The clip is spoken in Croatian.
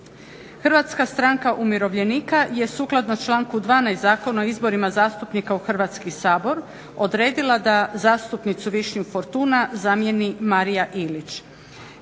Hrvatska stranka umirovljenika je sukladno članku 12.Zakona o izborima zastupnika u Hrvatski sabor odredila da zastupnicu Višnju Fortuna zamijeni Marija Ilić.